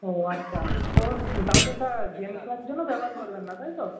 ও আচ্ছা তো তাহলে এটা গেম খেলার জন্য ব্যবহার করবেন না তাই তো